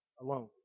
alone